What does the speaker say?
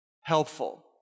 helpful